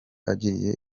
agiye